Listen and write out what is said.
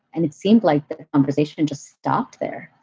and it seemed like the conversation and just stopped there.